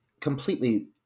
completely